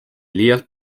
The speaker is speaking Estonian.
liialt